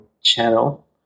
channel